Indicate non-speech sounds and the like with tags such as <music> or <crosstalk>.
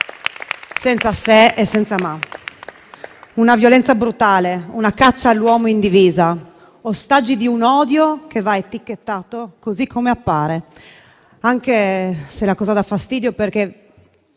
senza se e senza ma. <applause> una violenza brutale, una caccia all'uomo in divisa, ostaggi di un odio che va etichettato così come appare, anche se la cosa dà fastidio, perché